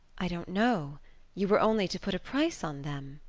i don't know you were only to put a price on them